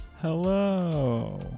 hello